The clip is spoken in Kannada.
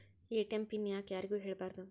ಎ.ಟಿ.ಎಂ ಪಿನ್ ಯಾಕ್ ಯಾರಿಗೂ ಹೇಳಬಾರದು?